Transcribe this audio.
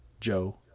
Joe